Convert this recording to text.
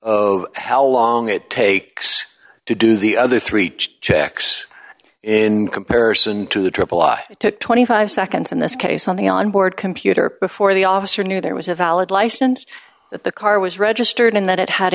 of how long it takes to do the other three checks in comparison to the triple why it took twenty five seconds in this case on the onboard computer before the officer knew there was a valid license that the car was registered in that it had